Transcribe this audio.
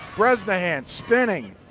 bresnahan spinning,